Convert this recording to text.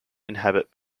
inhabit